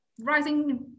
rising